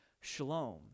shalom